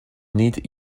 need